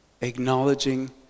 acknowledging